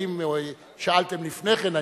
האם שאלתם לפני כן,